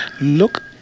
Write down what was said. look